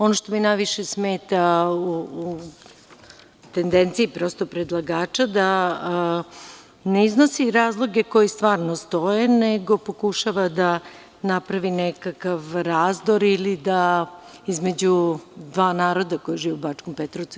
Ono što mi najviše smeta u tendenciji predlagača je da ne iznosi razloge koji stvarno stoje, nego pokušava da napravi nekakav razdor između dva naroda koji žive u Bačkom Petrovcu.